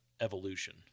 evolution